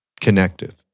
connective